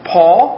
Paul